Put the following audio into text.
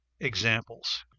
examples